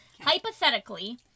hypothetically